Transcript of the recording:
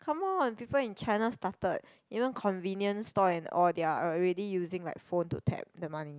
come on people in China started even convenient stall and all they're already using like phone to tap the money